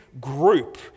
group